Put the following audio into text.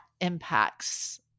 impacts